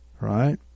Right